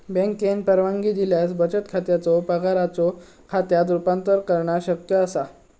बँकेन परवानगी दिल्यास बचत खात्याचो पगाराच्यो खात्यात रूपांतर करणा शक्य असा